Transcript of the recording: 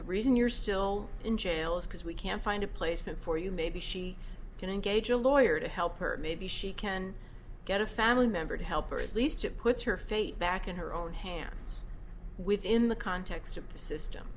the reason you're still in jail is because we can't find a placement for you maybe she can engage a lawyer to help her maybe she can get a family member to help or at least it puts her fate back in her own hands within the context of the system